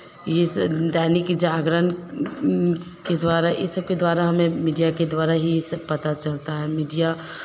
इस दैनिक जागरण के द्वारा ई सब के द्वारा हमें मीडिया के द्वारा ही ई सब पता चलता है मीडिया